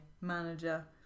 manager